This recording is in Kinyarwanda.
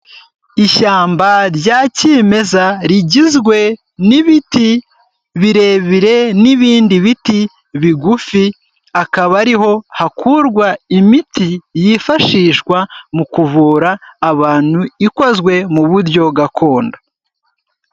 Ishyamba rya kimeza rigizwe n'ibiti birebire n'ibindi biti bigufi, akaba ari ho hakurwa imiti yifashishwa mu kuvura abantu, ikozwe mu buryo gakondo.